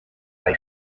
lay